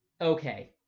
Okay